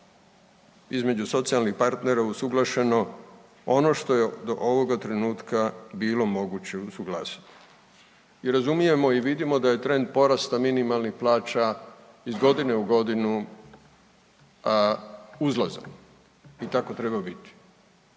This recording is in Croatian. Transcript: između socijalnih partnera usuglašeno ono što je do ovoga trenutka bilo moguće usuglasiti i razumijemo i vidimo da je trend porasta minimalnih plaća iz godine u godinu, a uzlazan, i tako treba biti.